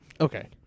Okay